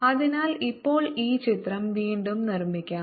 അതിനാൽ ഇപ്പോൾ ഈ ചിത്രം വീണ്ടും നിർമ്മിക്കാം